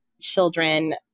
children